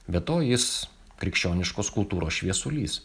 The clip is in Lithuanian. be to jis krikščioniškos kultūros šviesulys